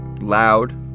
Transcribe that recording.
loud